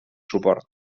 suport